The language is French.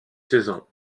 saisons